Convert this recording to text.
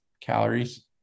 calories